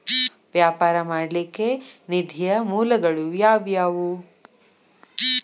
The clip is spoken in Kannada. ವ್ಯಾಪಾರ ಮಾಡ್ಲಿಕ್ಕೆ ನಿಧಿಯ ಮೂಲಗಳು ಯಾವ್ಯಾವು?